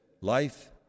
life